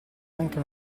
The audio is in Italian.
anche